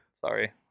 Sorry